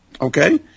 okay